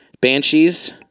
Banshees